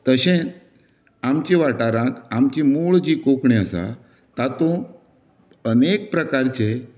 तशेंच आमचे वाठारांत आमची मूळ जी कोंकणी आसा तातूंत अनेक प्रकारचे